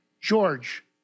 George